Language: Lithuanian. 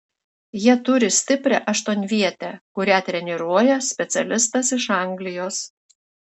jie turi stiprią aštuonvietę kurią treniruoja specialistas iš anglijos